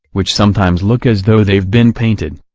which sometimes look as though they've been painted.